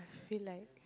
feel like